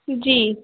जी